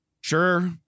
Sure